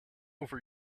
over